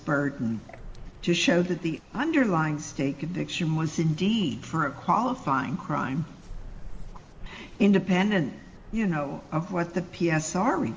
burden to show that the underlying state conviction was indeed for a qualifying crime independent you know of what the p s sorry